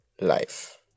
life